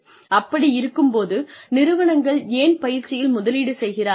அப்படி இருக்கும் போது நிறுவனங்கள் ஏன் பயிற்சியில் முதலீடு செய்கிறார்கள்